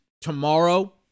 tomorrow